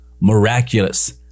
miraculous